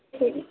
ٹھیک ہے